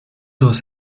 dos